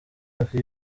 hafi